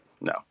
no